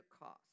Cost